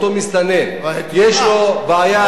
לאותו מסתנן יש בעיה,